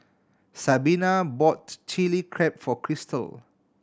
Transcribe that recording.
Sabina bought Chilli Crab for Cristal